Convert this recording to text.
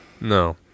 No